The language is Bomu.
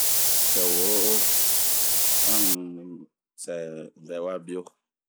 n'we cɛworo'o acɛ a uncɛ ŋawabio